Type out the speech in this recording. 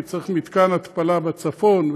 כי צריך מתקן התפלה בצפון,